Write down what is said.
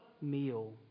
meal